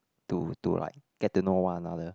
to to like get to know one another